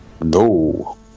No